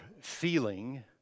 feeling